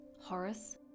Horace